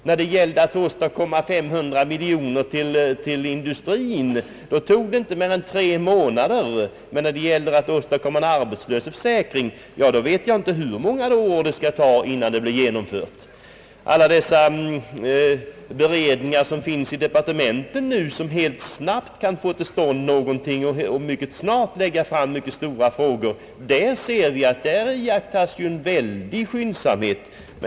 När det gällde att åstadkomma 500 miljoner kronor till industrin, då tog det inte mer än tre månader, men när det gäller att åstadkomma en arbetslöshetsförsäkring, då vet jag inte hur många år det skall ta innan den blir genomförd. Alla dessa beredningar som nu finns inom departementen, som mycket snabbt kan få till stånd någonting och mycket snart kan lägga fram stora frågor, bevisar således att regeringen kan åstadkomma saker och ting med stor skyndsamhet.